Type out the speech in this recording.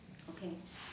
okay